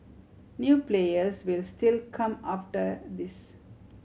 new players will still come after this